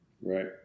Right